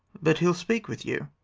but he'll speak with you.